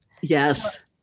Yes